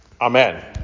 Amen